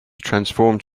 transformed